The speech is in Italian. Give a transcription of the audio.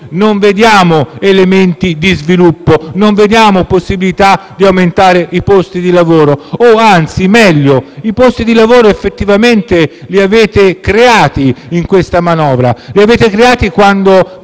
in esso elementi di sviluppo, possibilità di aumentare i posti di lavoro. O meglio, i posti di lavoro effettivamente li avete creati nella manovra. Li avete creati quando,